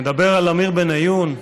עמיר בניון,